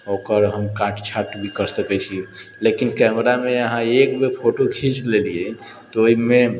ओकर हम काट छाट भी कर सकै छी लेकिन कैमरामे अहाँ एक बेर फोटो खिञ्च लेलियै तऽ ओहिमे